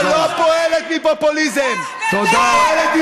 שלא פועלת מפופוליזם, מיקי זוהר, תודה.